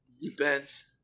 depends